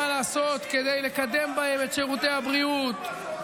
לעשות כדי לקדם בהם את שירותי הבריאות,